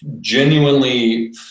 genuinely